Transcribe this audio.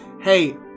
Hey